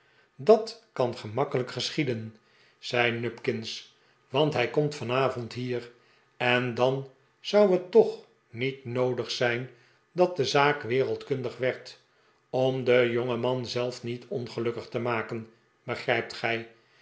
dat kan gemakkelijk geschieden zei nupkins want hij komt vanavond hier en dan zou het ook niet noodig zijn dat de zaak wereldkundig werd om den jongenman zelf niet ongelukkig te maken begrijpt gij